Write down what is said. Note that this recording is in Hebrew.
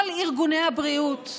כל ארגוני הבריאות,